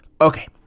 Okay